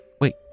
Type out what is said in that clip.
Wait